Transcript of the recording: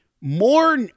more